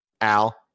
al